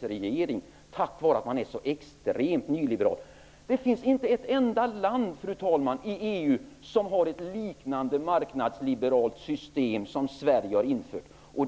regering är så ytterligt nyliberal. Fru talman! Det finns inte ett enda land i EU som har ett liknande marknadsliberalt system som det som Sverige då skulle införa.